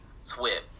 Swift